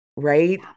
right